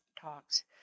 talks